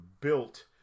built